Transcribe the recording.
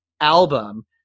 album